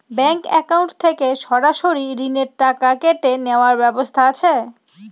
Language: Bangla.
ব্যাংক অ্যাকাউন্ট থেকে সরাসরি ঋণের টাকা কেটে নেওয়ার ব্যবস্থা আছে?